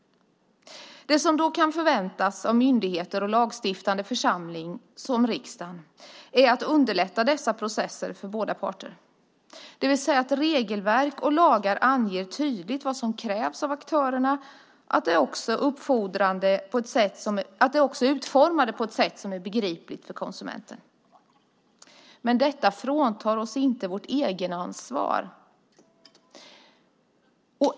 Det som då kan förväntas av myndigheter och en lagstiftande församling som riksdagen är att man underlättar dessa processer för båda parter, det vill säga att regelverk och lagar tydligt anger vad som krävs av aktörerna, att de också är utformade på ett sätt som är begripligt för konsumenten. Men detta fråntar oss inte vårt egenansvar.